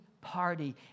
party